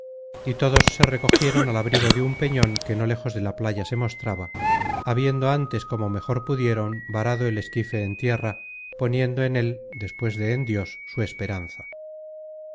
y todos se recogieron al abrigo de un peñon que no lejos de la playa se mostraba habiendo antes como mejor pudieron varado el esquife en tierra poniendo en él despues de en dios su esperanza